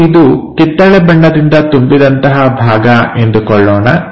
ನಾವು ಇದು ಕಿತ್ತಳೆ ಬಣ್ಣದಿಂದ ತುಂಬಿದಂತಹ ಭಾಗ ಎಂದುಕೊಳ್ಳೋಣ